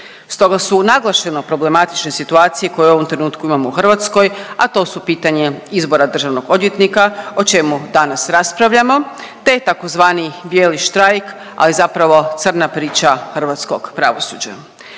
Stoga su naglašeno problematične situacije koje u ovom trenutku imamo u Hrvatskoj, a to su pitanje izbora državnog odvjetnika o čemu danas raspravljamo te tzv. bijeli štrajk ali zapravo crna priča hrvatskog pravosuđa.